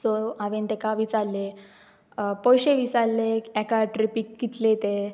so हांवें ताका विचारलें पयशे विचारले एका ट्रिपीक कितले ते